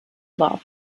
war